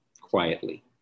quietly